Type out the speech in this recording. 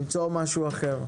למצוא משהו אחר.